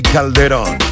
Calderón